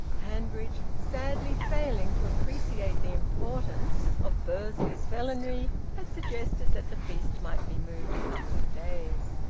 hanbridge, sadly failing to appreciate the importance of bursley's felonry, had suggested that the feast might be moved a couple of days.